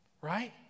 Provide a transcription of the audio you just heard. right